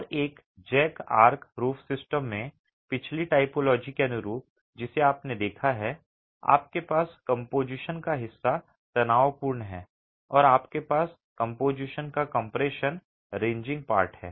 और एक jack arch roof system में पिछली टाइपोलॉजी के अनुरूप जिसे आपने देखा है आपके पास कंपोज़िशन का हिस्सा तनावपूर्ण है और आपके पास कंपोज़िशन का कंप्रेशन रेज़िंग पार्ट है